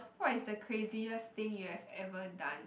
what is the craziest thing you have ever done